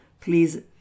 please